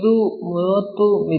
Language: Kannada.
ಇದು 30 ಮಿ